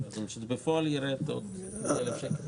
בפועל ירד עוד אלף שקל.